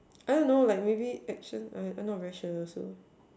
I don't know like maybe action I don't know I'm not too very sure also